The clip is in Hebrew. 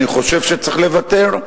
אני חושב שצריך לוותר,